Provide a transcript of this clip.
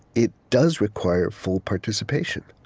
it does require full participation.